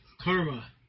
Karma